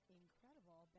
incredible